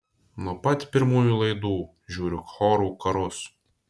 nuo pat pirmųjų laidų žiūriu chorų karus